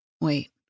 wait